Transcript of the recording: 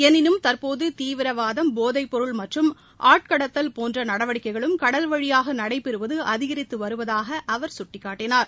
எளினும் தற்போது தீவிரவாதம் போதைப்பொருள் மற்றும் ஆட்கள் கடத்தல் போன்ற நடவடிக்கைகளும் கடல்வழியாக நடைபெறுவது அதிகரித்து வருவதாக அவர் சுட்டிக்காட்டினார்